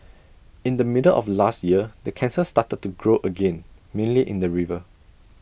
in the middle of last year the cancer started to grow again mainly in the river